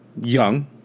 young